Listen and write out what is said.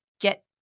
get